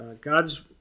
God's